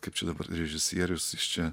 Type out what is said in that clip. kaip čia dabar režisierius jis čia